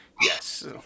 Yes